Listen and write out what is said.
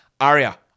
Aria